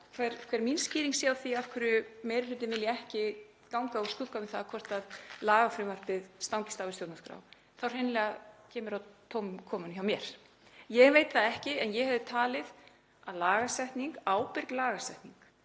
hver mín skýring sé á því af hverju meiri hlutinn vilji ekki ganga úr skugga um hvort lagafrumvarpið stangist á við stjórnarskrá, þá er hreinlega komið að tómum kofanum hjá mér. Ég veit það ekki en ég hefði talið að lagasetning, ábyrg lagasetning,